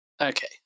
Okay